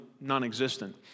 non-existent